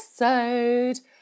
episode